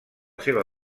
seva